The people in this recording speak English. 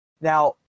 now